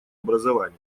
образованию